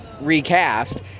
recast